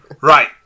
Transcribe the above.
Right